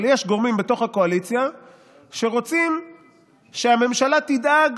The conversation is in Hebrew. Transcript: אבל יש גורמים בתוך הקואליציה שרוצים שהממשלה תדאג